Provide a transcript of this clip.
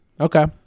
Okay